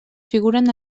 figuren